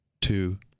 two